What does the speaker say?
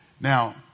Now